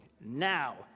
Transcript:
Now